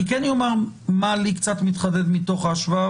אני כן אומר מה קצת מתחדד לי מתוך ההשוואה,